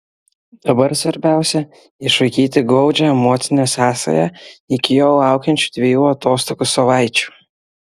dabar svarbiausia išlaikyti glaudžią emocinę sąsają iki jo laukiančių dviejų atostogų savaičių